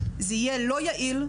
זה יהיה לא יעיל,